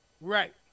Right